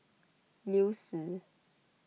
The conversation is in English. Liu Si